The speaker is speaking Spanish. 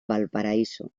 valparaíso